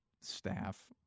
staff